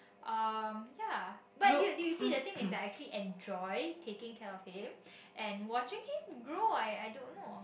um ya but you do you see the thing is like actually enjoy taking care of him and watching him grow I I don't know